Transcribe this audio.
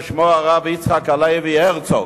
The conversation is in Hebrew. ושמו הרב יצחק הלוי הרצוג,